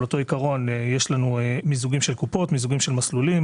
באותו עיקרון יש מיזוגים של קופות ומיזוגים של מסלולים.